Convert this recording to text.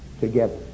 together